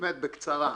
באמת בקצרה,